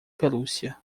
pelúcia